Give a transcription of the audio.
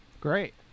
great